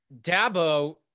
Dabo